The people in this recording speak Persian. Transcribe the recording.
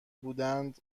بودند